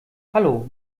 hallo